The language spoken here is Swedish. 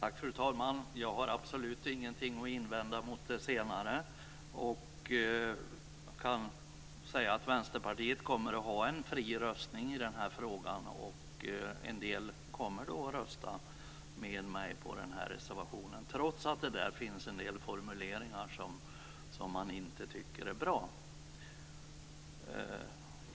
Fru talman! Jag har absolut ingenting att invända mot det senare. Vänsterpartiet kommer att ha en fri röstning i den här frågan. En del kommer att rösta med mig på den här reservationen trots att det där finns en del formuleringar som man inte tycker är bra.